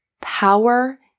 power